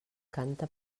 canta